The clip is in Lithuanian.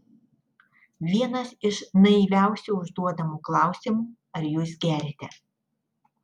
vienas iš naiviausių užduodamų klausimų ar jūs geriate